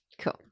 Cool